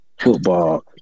Football